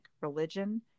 religion